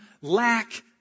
lack